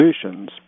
solutions